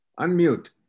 Unmute